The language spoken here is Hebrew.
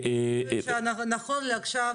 עוד דבר שהוא חשוב,